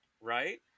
right